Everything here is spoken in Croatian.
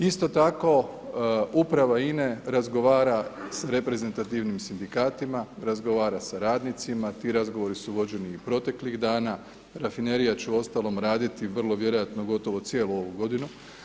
Isto tako uprava INA-e razgovara sa reprezentativnim Sindikatima, razgovara sa radnicima, ti razgovori su vođeni i proteklih dana, Rafinerija će uostalom raditi vrlo vjerojatno gotovo cijelu ovu godinu.